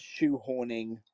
shoehorning